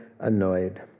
annoyed